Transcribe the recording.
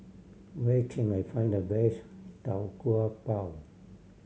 where can I find the best Tau Kwa Pau